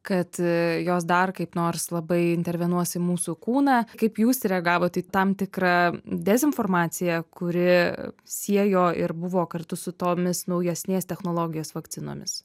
kad jos dar kaip nors labai intervenuos į mūsų kūną kaip jūs reagavote į tam tikrą dezinformaciją kuri siejo ir buvo kartu su tomis naujesnės technologijos vakcinomis